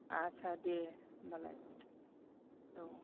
आदसा दे होमबालाय औ